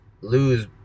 lose